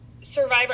survivor